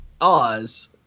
oz